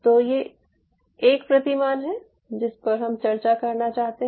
तो ये एक प्रतिमान है जिस पर हम चर्चा करना चाहते थे